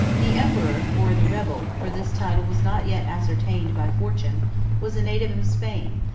the emperor, or the rebel for this title was not yet ascertained by fortune was a native of spain,